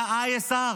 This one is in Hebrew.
היה ISR,